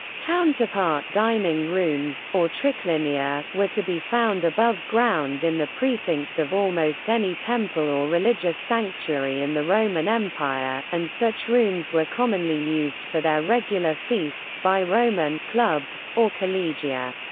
counterpart dining rooms, or triclinia, were to be found above ground in the precincts of almost any temple or religious sanctuary in the roman empire, and such rooms were commonly used for their regular feasts by roman clubs, or collegia.